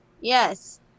Yes